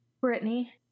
Brittany